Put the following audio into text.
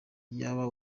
iyaba